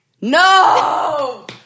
no